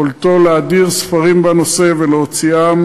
יכולתו לההדיר ספרים בנושא ולהוציאם